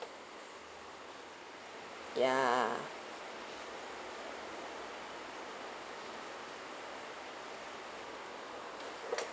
ya